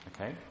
okay